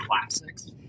classics